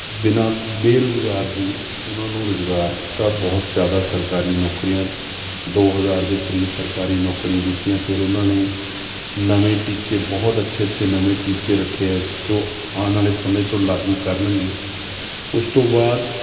ਬਿਨਾ ਬੇਰੁਜ਼ਗਾਰ ਸੀ ਉਹਨਾਂ ਨੂੰ ਰੁਜ਼ਗਾਰ ਦਿੱਤਾ ਬਹੁਤ ਜ਼ਿਆਦਾ ਸਰਕਾਰੀ ਨੌਕਰੀਆਂ ਦੋ ਹਜ਼ਾਰ ਦੇ ਕਰੀਬ ਸਰਕਾਰੀ ਨੌਕਰੀਆਂ ਦਿੱਤੀਆਂ ਫੇਰ ਉਹਨਾਂ ਨੇ ਨਵੇਂ ਟੀਚੇ ਬਹੁਤ ਅੱਛੇ ਅੱਛੇ ਨਵੇਂ ਟੀਚੇ ਰੱਖੇ ਹੈ ਜੋ ਆਉਣ ਵਾਲੇ ਸਮੇਂ 'ਚ ਲਾਗੂ ਕਰਨਗੇ ਉਸ ਤੋਂ ਬਾਅਦ